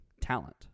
talent